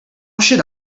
should